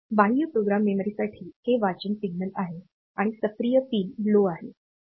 बाह्य प्रोग्राम मेमरीसाठी हे वाचन सिग्नल आहे आणि सक्रिय पिन लो आहे